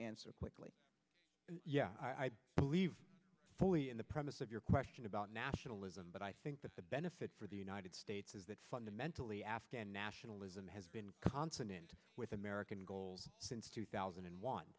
answer quickly yeah i believe fully in the premise of your question about nationalism but i think that the benefit for the united states is that fundamentally afghan nationalism has been consonant with american goals since two thousand and one